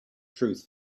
truth